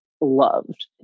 loved